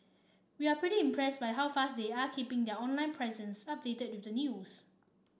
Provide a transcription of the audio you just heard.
we're pretty impress by how fast they are keeping their online presence updated with the news